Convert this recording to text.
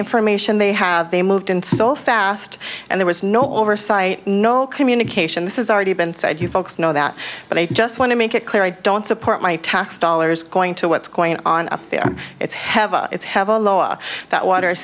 information they have they moved in so fast and there was no oversight no communication this is already been said you folks know that but i just want to make it clear i don't support my tax dollars going to what's going on up there it's have a it's have a law that water is